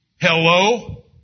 Hello